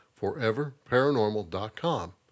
foreverparanormal.com